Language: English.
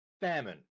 famine